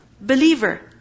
believer